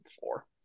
four